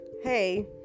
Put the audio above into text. hey